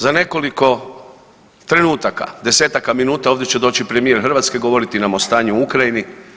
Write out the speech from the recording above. Za nekoliko trenutaka, desetaka minuta, ovdje će doći premijer Hrvatske govoriti nam o stanju u Ukrajini.